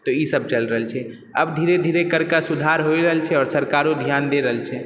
तऽ ई सब चलि रहल छै अब धीरे धीरे एकर सुधार होइ रहल छै और सरकारो ध्यान दै रहल छै